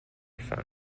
funk